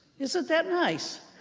isn't that nice?